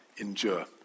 endure